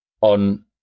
on